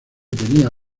tenía